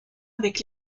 avec